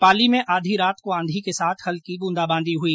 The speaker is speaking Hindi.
पाली में आधी रात को आंधी के साथ हल्की बूंदाबांदी हुई